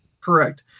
Correct